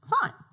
fine